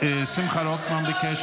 על זה צריכה להיפתח